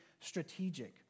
strategic